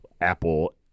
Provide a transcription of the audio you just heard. apple